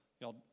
y'all